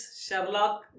sherlock